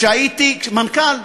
כשהייתי מנכ"ל,